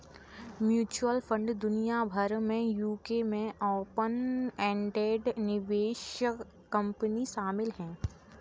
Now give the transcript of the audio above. mutual fund दुनिया भर में यूके में ओपन एंडेड निवेश कंपनी शामिल हैं